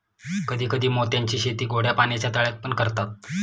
कधी कधी मोत्यांची शेती गोड्या पाण्याच्या तळ्यात पण करतात